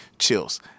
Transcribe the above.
chills